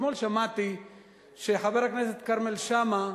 אתמול שמעתי שחבר הכנסת כרמל שאמה,